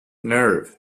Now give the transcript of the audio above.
nerve